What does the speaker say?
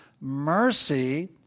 mercy